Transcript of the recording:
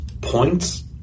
points